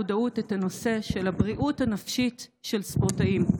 למודעות את הנושא של הבריאות הנפשית של ספורטאים.